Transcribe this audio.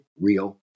real